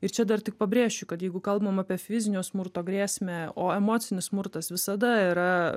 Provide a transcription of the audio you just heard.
ir čia dar tik pabrėšiu kad jeigu kalbam apie fizinio smurto grėsmę o emocinis smurtas visada yra